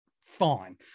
Fine